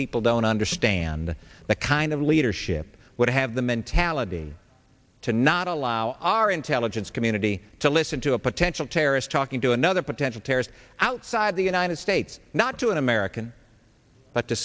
people don't understand the kind of leadership would have the mentality to not allow our intelligence community to listen to a potential terrorist talking to another potential terrorist outside the united states not to an american but to